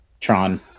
Tron